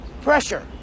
Pressure